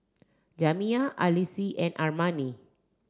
Jamiya Alease and Armani